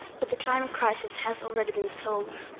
but the climate crisis has already been solved.